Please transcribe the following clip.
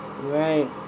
Right